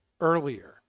earlier